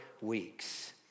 weeks